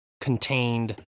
contained